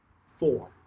Four